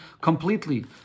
completely